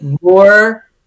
more